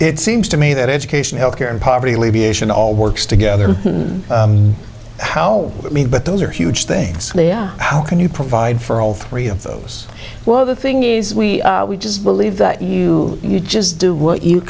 it seems to me that education health care and poverty alleviation all works together and how i mean but those are huge things how can you provide for all three of those well the thing is we we just believe that you you just do what you